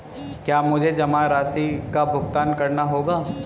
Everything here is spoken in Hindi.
क्या मुझे जमा राशि का भुगतान करना होगा?